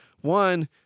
One